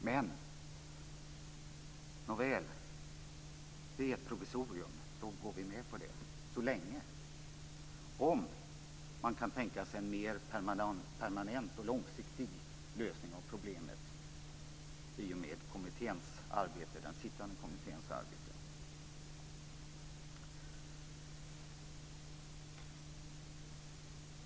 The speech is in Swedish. Men, nåväl, eftersom det är ett provisorium så går vi med på det så länge, om man kan tänka sig en mer permanent och långsiktig lösning av problemet i och med den sittande kommitténs arbete.